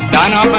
da da but